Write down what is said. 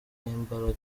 umunyembaraga